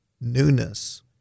newness